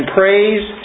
praise